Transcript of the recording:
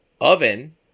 oven